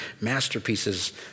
masterpieces